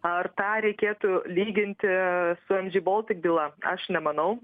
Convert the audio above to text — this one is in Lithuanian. ar tą reikėtų lyginti su mg baltic byla aš nemanau